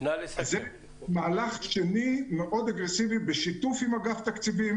זה מהלך שני מאוד אגרסיבי בשיתוף עם אגף תקציבים,